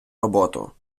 роботу